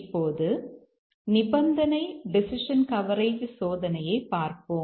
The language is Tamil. இப்போது நிபந்தனை டெசிஷன் கவரேஜ் சோதனையைப் பார்ப்போம்